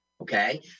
okay